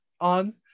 on